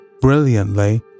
brilliantly